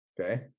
Okay